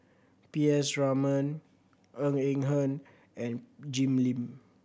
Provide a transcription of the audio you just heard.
P S Raman Ng Eng Hen and Jim Lim